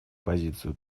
позицию